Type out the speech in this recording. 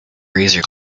razor